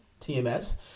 TMS